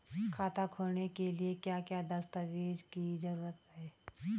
खाता खोलने के लिए क्या क्या दस्तावेज़ की जरूरत है?